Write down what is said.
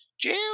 Jim